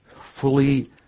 fully